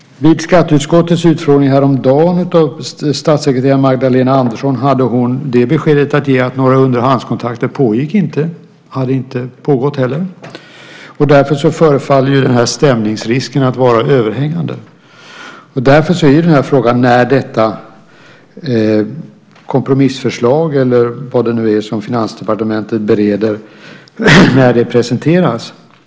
Vid skatteutskottets utfrågning häromdagen av statssekreterare Magdalena Andersson gav hon beskedet att några underhandskontakter inte pågick och inte hade pågått heller. Därför förefaller stämningsrisken att vara överhängande. Därmed är frågan när detta kompromissförslag, eller vad det är som Finansdepartementet bereder, presenteras.